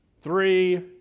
three